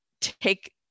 take